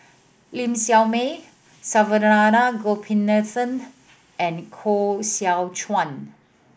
Ling Siew May Saravanan Gopinathan and Koh Seow Chuan